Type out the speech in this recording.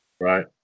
Right